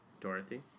Dorothy